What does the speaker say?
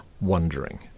wondering